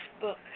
book